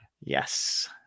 Yes